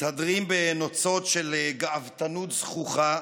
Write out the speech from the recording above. מתהדרים בנוצות של גאוותנות זחוחה.